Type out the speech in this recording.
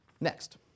Next